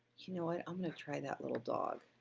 you know what? i'm gonna try that little dog,